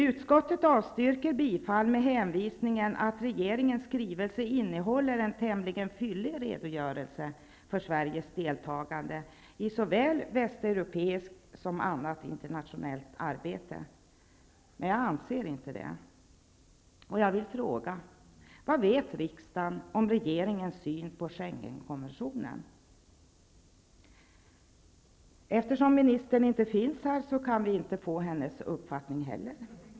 Utskottet avstyrker bifall med hänvisningen att regeringens skrivelse innehåller en tämligen fyllig redogörelse för Sveriges deltagande i såväl västeuropeiskt som annat internationellt samarbete. Vi anser inte det. Schengenkonventionen? Eftersom ministern inte finns här kan vi inte få höra hennes uppfattning.